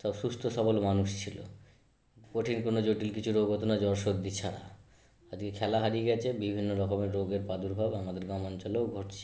সব সুস্থ সবল মানুষ ছিল কঠিন কোনো জটিল কিছু রোগ হতো না জ্বর সর্দি ছাড়া আজকে খেলা হারিয়ে গিয়েছে বিভিন্ন রকমের রোগের প্রাদুর্ভাব আমাদের গামাঞ্চলেও ঘটছে